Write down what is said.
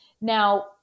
Now